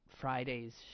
Friday's